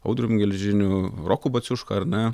audrium gelžiniu roku baciuška ar ne